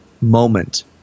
moment